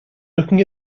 looking